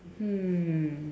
hmm